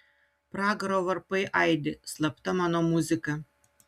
pragaro varpai aidi slapta mano muzika